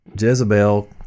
Jezebel